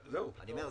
אני אומר,